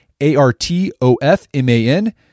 A-R-T-O-F-M-A-N